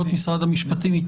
המשפטים.